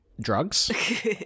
Drugs